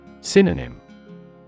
synonym